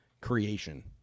creation